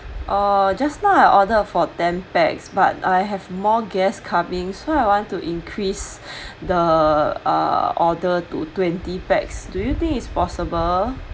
orh just now I order for ten pax but I have more guest coming so I want to increase the uh order to twenty pax do you think it's possible